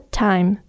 time